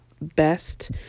best